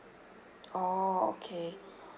oh okay